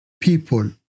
people